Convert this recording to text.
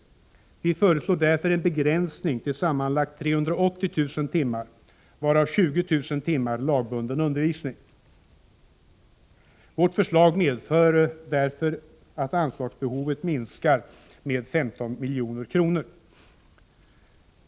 Vi föreslår därför en begränsning till sammanlagt 380 000 timmar, varav 20 000 timmar lagbunden undervisning. Vårt förslag medför därför att anslagsbehovet minskar med 15 milj.kr.